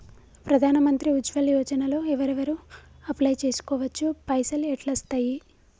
ప్రధాన మంత్రి ఉజ్వల్ యోజన లో ఎవరెవరు అప్లయ్ చేస్కోవచ్చు? పైసల్ ఎట్లస్తయి?